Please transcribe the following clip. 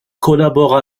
collabore